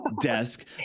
desk